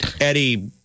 Eddie